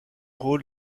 rôles